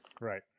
Right